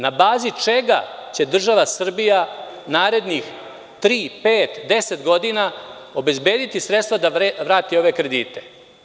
Na bazi čega će država Srbija narednih tri, pet, deset godina obezbediti sredstva da vrati ove kredite?